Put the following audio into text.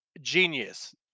genius